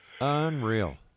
Unreal